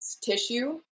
tissue